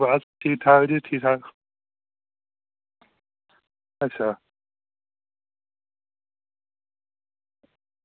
बस ठीक ठाक जी ठीक ठाक अच्छा